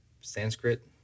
Sanskrit